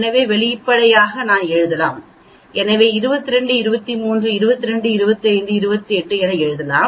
எனவே வெளிப்படையாக நாம் எழுதலாம் எனவே 22 23 22 25 28 ஐ எழுதலாம்